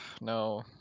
no